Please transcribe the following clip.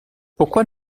pourquoi